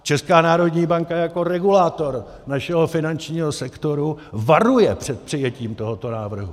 Česká národní banka jako regulátor našeho finančního sektoru varuje před přijetím tohoto návrhu!